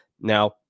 Now